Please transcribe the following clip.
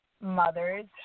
mothers